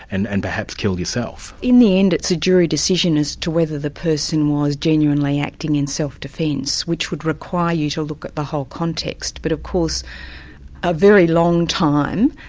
and and perhaps kill, yourself. in the end it's a jury decision as to whether the person was genuinely acting in self defence, which would require you to look at the whole context. but of course a very long time,